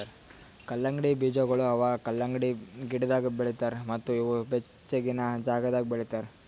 ಕಲ್ಲಂಗಡಿ ಬೀಜಗೊಳ್ ಅವಾ ಕಲಂಗಡಿ ಗಿಡದಾಗ್ ಬೆಳಿತಾರ್ ಮತ್ತ ಇವು ಬೆಚ್ಚಗಿನ ಜಾಗದಾಗ್ ಬೆಳಿತಾರ್